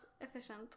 efficient